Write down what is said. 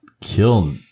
kill